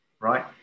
right